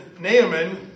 Naaman